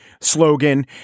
slogan